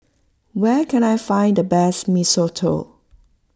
where can I find the best Mee Soto